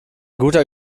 guter